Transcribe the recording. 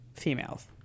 females